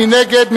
מי נגד?